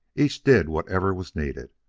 each did whatever was needed,